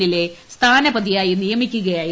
എന്നിലെ സ്ഥാനപതിയായി നിയമിക്കുകയായിരുന്നു